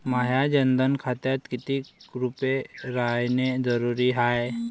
माह्या जनधन खात्यात कितीक रूपे रायने जरुरी हाय?